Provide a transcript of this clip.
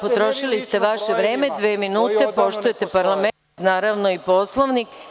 Potrošili ste vaše vreme, dva minuta, poštujete parlament, naravno i Poslovnik.